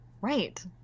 Right